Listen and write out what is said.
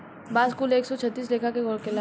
बांस कुल एक सौ छत्तीस लेखा के होखेला